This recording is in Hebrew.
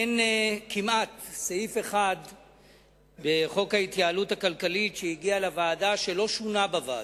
אין כמעט סעיף בחוק ההתייעלות הכלכלית שהגיע לוועדה ולא שונה בה.